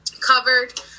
covered